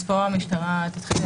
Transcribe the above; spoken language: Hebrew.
אז פה המשטרה תסביר.